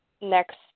next